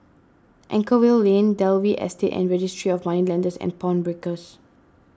Anchorvale Lane Dalvey Estate and Registry of Moneylenders and Pawnbrokers